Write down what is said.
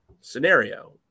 scenario